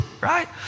right